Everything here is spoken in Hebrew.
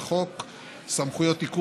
בבקשה,